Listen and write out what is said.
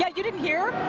yeah you didn't hear?